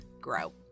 grow